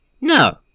No